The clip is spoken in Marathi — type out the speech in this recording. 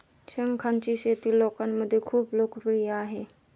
शंखांची शेती लोकांमध्ये खूप लोकप्रिय आहे